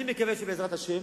אני מקווה שבעזרת השם